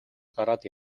гараад